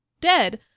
dead